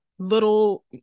little